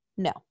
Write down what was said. no